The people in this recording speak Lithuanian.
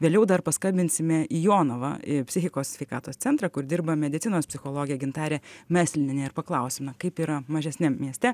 vėliau dar paskambinsime į jonavą į psichikos sveikatos centrą kur dirba medicinos psichologė gintarė meslinienė ir paklausime kaip yra mažesniam mieste